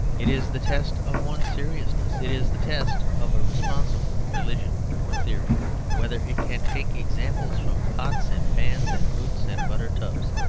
it is the test of one's seriousness. it is the test of a responsible religion or theory whether it can take examples from pots and pans and boots and butter-tubs.